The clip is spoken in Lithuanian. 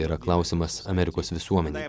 yra klausimas amerikos visuomenei